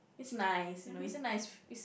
it's nice you know it's a nice f~ it's